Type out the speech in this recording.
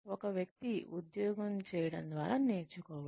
ఒక వ్యక్తి ఉద్యోగం చేయడం ద్వారా నేర్చుకోవడం